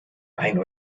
ein